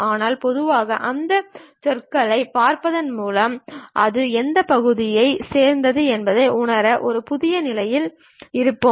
ஆனால் பொதுவாக அந்தச் சொற்களைப் பார்ப்பதன் மூலம் அது எந்தப் பகுதியைச் சேர்ந்தது என்பதை உணர ஒரு புதிய நிலையில் இருப்போம்